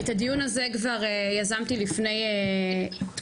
את הדיון הזה כבר יזמתי לפני תקופה,